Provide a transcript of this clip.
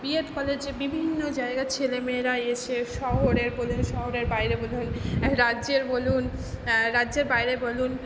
B Ed কলেজে বিভিন্ন জায়গায় ছেলে মেয়েরা এসে শহরের বলুন শহরের বাইরে রাজ্যের বলুন রাজ্যের বাইরে বলুন